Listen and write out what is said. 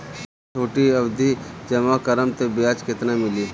जब हम छोटी अवधि जमा करम त ब्याज केतना मिली?